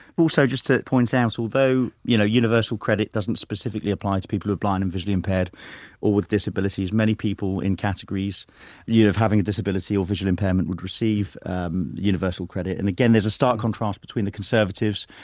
so just to point out, although you know universal credit doesn't specifically apply to people who are blind and visually impaired or with disabilities many people in categories you know of having a disability or visual impairment would receive universal credit and again there's a stark contrast between the conservatives,